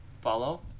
follow